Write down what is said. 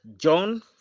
John